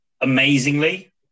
amazingly